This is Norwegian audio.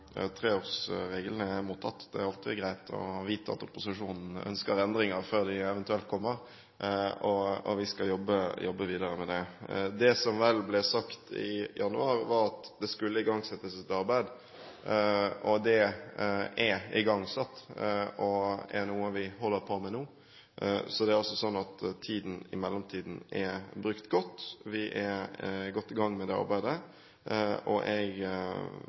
er alltid greit å vite at opposisjonen ønsker endringer før de eventuelt kommer, og vi skal jobbe videre med det. Det som vel ble sagt i januar, var at det skulle igangsettes et arbeid, og det er igangsatt, og er noe vi holder på med nå. Så er tiden i mellomtiden brukt godt. Vi er godt i gang med det arbeidet, og jeg